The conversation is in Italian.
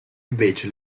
invece